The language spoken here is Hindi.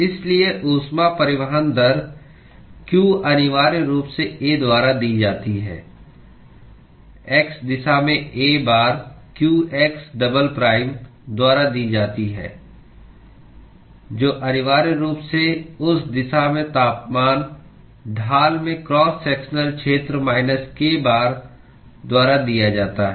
इसलिए ऊष्मा परिवहन दर q अनिवार्य रूप से A द्वारा दी जाती है x दिशा में A बार qx डबल प्राइम द्वारा दी जाती है जो अनिवार्य रूप से उस दिशा में तापमान ढाल में क्रॉस सेक्शनल क्षेत्र माइनस k बार द्वारा दिया जाता है